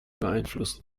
beeinflussen